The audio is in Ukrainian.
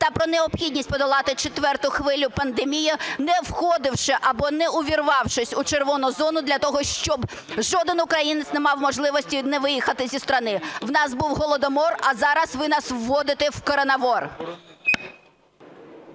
та про необхідність подолати четверту хвилю пандемії, не входивши або не увірвавшись у "червону зону" для того, щоб жоден українець не мав можливості не виїхати із країни. У нас був Голодомор, а зараз ви нас вводите в коронавор.